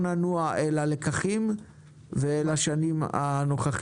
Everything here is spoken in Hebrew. אני מציע לעבור עכשיו ללקחים ולשנים הנוכחיות.